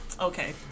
Okay